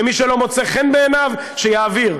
ומי שלא מוצא חן בעיניו, שיעביר.